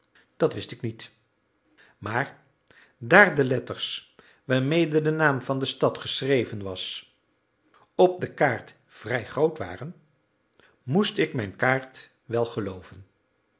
dat wist ik niet maar daar de letters waarmede de naam van de stad geschreven was op de kaart vrij groot waren moest ik mijn kaart wel gelooven